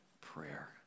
prayer